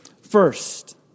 First